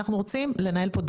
אנחנו רוצים לנהל פה דיון.